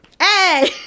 Hey